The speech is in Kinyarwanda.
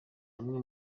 hamwe